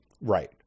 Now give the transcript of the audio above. Right